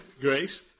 Grace